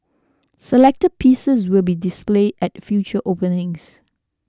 selected pieces will be displayed at future openings